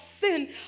sin